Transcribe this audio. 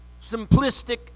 simplistic